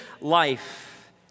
life